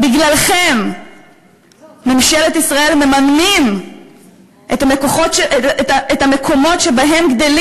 בגללכם ממשלת ישראל מממנת את המקומות שבהם גדלים